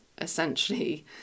essentially